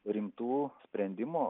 rimtų sprendimų